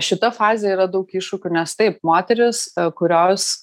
šita fazė yra daug iššūkių nes taip moterys kurios